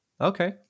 Okay